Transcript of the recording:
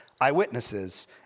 eyewitnesses